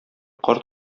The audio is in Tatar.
карт